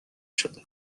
شده